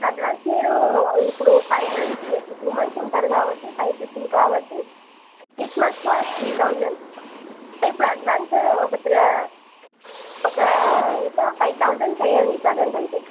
advance మీరు ఇప్పుడు five months two months ఉంటారు కాబట్టి ఫైవ్ పీపుల్ కాబట్టి ఈచ్ మంత్ ఒక త్రీ థౌజండ్ సో ఇప్పుడు అడ్వాన్స్ ఒక ఒక ఇంకా ఫైవ్ థౌజండ్ చేయండి ప్రజెంట్ అయితే